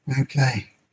Okay